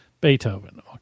Beethoven